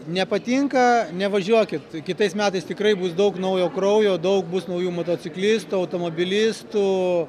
nepatinka nevažiuokit kitais metais tikrai bus daug naujo kraujo daug bus naujų motociklistų automobilistų